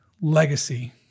legacy